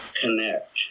connect